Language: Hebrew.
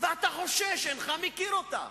ואתה חושש, אינך מכיר אותה,